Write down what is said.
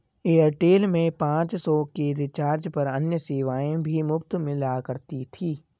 Airtel में पाँच सौ के रिचार्ज पर अन्य सेवाएं भी मुफ़्त मिला करती थी